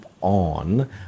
on